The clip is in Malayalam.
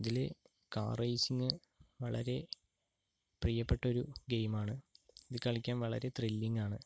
ഇതില് കാർ റേസിംഗ് വളരെ പ്രിയപ്പെട്ട ഒരു ഗെയിമാണ് ഇത് കളിക്കാൻ വളരെ ത്രില്ലിംഗ് ആണ്